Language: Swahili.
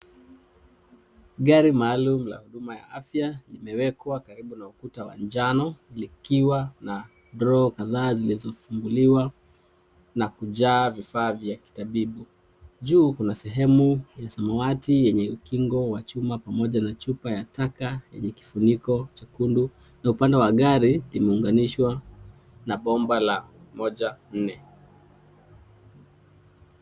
Gari maalum la huduma ya afya imeekwa karibu na ukuta wa njano likiwa vioo kadhaa zilizofunguliawa na kukaa vifaa vya utabibu juu kuna sehemu ya samawati yenye ukingo wa chuma pamoja na chupa ya taka yenye kifuniko jekundu . Upande cha gari umeinganishwa na pomba la moja nne.